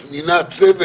שאני חושבת --- לא,